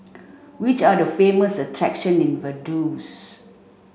which are the famous attractions in Vaduz